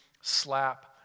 slap